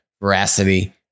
veracity